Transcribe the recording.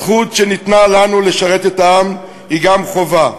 הזכות שניתנה לנו לשרת את העם היא גם חובה.